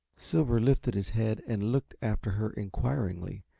silver lifted his head and looked after her inquiringly,